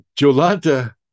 Jolanta